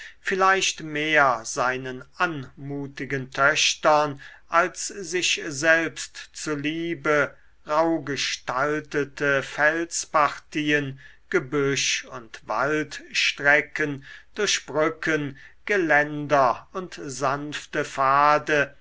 vielleicht mehr seinen anmutigen töchtern als sich selbst zu liebe rauhgestaltete felspartien gebüsch und waldstrecken durch brücken geländer und sanfte pfade